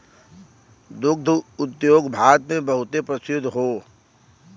दुग्ध उद्योग भारत मे बहुते प्रसिद्ध हौ